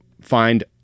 find